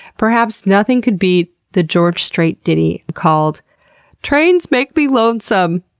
perhaps nothing could beat the george strait ditty called trains make me lonesome.